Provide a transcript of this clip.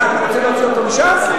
אתה רוצה להוציא אותו מש"ס?